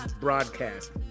broadcast